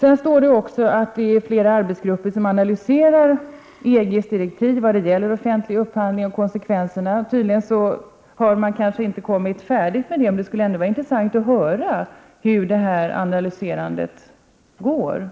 Det framhålls också att flera arbetsgrupper analyserar konsekvenserna av EG-direktiv i frågor om offentlig upphandling. Tydligen har man inte blivit färdig med detta arbete, men det skulle ändå vara intressant att höra hur detta analyserande fortgår.